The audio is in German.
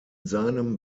seinem